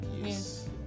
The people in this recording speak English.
Yes